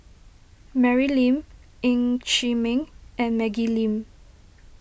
Mary Lim Ng Chee Meng and Maggie Lim